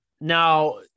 Now